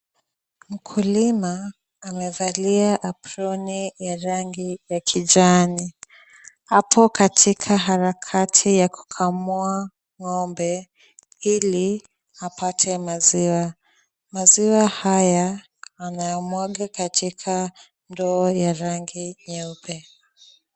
Mkulima amevalia aproni ya rangi ya kijani, ako katika harakati ya kukamua ng'ombe ili apate maziwa. Maziwa haya anayamwaga katika ndoo ya rangi nyeupe.